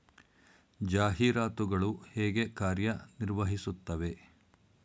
ಜಾಹೀರಾತುಗಳು ಹೇಗೆ ಕಾರ್ಯ ನಿರ್ವಹಿಸುತ್ತವೆ?